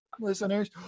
listeners